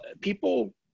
people